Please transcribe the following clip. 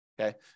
okay